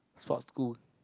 Sports school